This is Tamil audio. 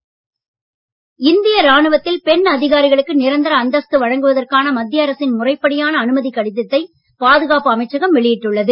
ராணுவம் இந்திய ராணுவத்தில் பெண் அதிகாரிகளுக்கு நிரந்தர அந்தஸ்து வழங்குவதற்கான மத்திய அரசின் முறைப்படியான அனுமதிக் கடிதத்தை பாதுகாப்பு அமைச்சகம் வெளியிட்டுள்ளது